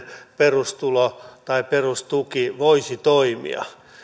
perustulo tai perustuki voisi toimia